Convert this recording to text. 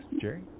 jerry